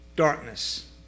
darkness